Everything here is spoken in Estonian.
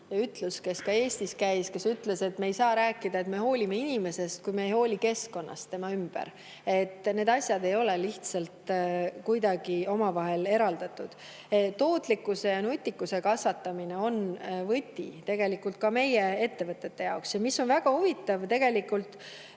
ütlus, kes on ka Eestis käinud, et me ei saa rääkida, et me hoolime inimesest, kui me ei hooli keskkonnast tema ümber. Need asjad ei ole lihtsalt kuidagi eraldatavad. Tootlikkuse ja nutikuse kasvatamine on võti ka meie ettevõtete jaoks. Väga huvitav oli